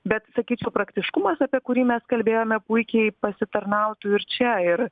bet sakyčiau praktiškumas apie kurį mes kalbėjome puikiai pasitarnautų ir čia ir